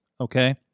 okay